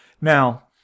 Now